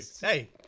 Hey